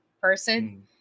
person